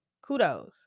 Kudos